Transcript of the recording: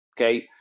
Okay